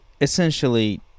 essentially